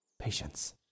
Patience